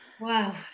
wow